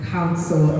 Council